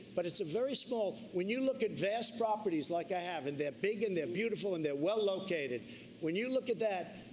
but it's a very small when you look at vast properties like i have, and they're big and their beautiful and they're well-located, when you look at that,